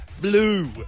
blue